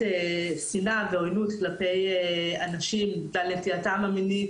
שנאה ועויינות כלפי אנשים ועל נטייתם המינית,